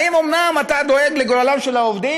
האם אתה אומנם דואג לגורלם של העובדים?